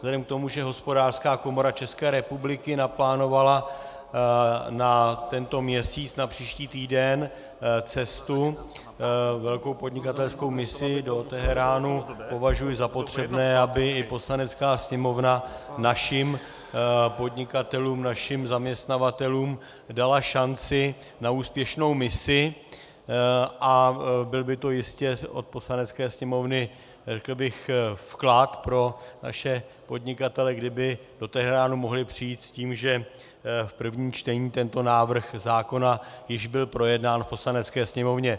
Vzhledem k tomu, že Hospodářská komora České republiky naplánovala na tento měsíc, na příští týden, cestu, velkou podnikatelskou misi do Teheránu, považuji za potřebné, aby i Poslanecká sněmovna našim podnikatelům, našim zaměstnavatelům dala šanci na úspěšnou misi, a byl by to jistě od Poslanecké sněmovny vklad pro naše podnikatele, kdyby do Teheránu mohli přijít s tím, že v prvním čtení tento návrh zákona již byl projednán v Poslanecké sněmovně.